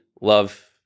love